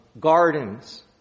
gardens